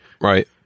Right